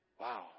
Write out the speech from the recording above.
Wow